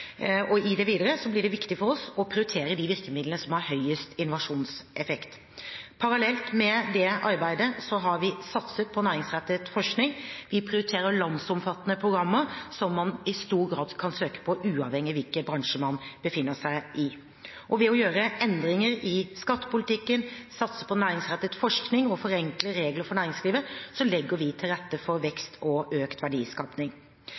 I det videre arbeidet blir det viktig for oss å prioritere de virkemidlene som har høyest innovasjonseffekt. Parallelt med dette arbeidet har vi satset på næringsrettet forskning. Vi prioriterer landsomfattende programmer, som man i stor grad kan søke på, uavhengig av hvilken bransje man befinner seg i. Ved å gjøre endringer i skattepolitikken, satse på næringsrettet forskning og forenkle reglene for næringslivet legger vi til rette for vekst og økt